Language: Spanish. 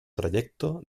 trayecto